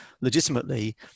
legitimately